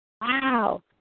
Wow